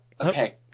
okay